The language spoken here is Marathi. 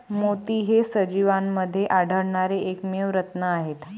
मोती हे सजीवांमध्ये आढळणारे एकमेव रत्न आहेत